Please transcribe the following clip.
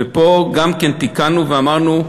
ופה גם כן תיקנו ואמרנו: